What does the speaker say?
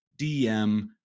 DM